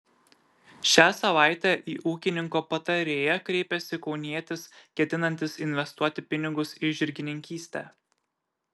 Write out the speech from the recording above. šią savaitę į ūkininko patarėją kreipėsi kaunietis ketinantis investuoti pinigus į žirgininkystę